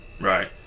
Right